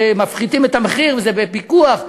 שמפחיתים את המחיר, וזה בפיקוח.